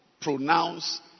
pronounce